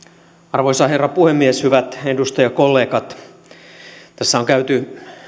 arvoisa herra puhemies hyvät edustajakollegat tässä on käyty